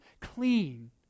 clean